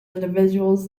individuals